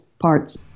parts